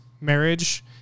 marriage